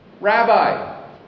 Rabbi